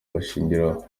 bashingiraho